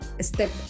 step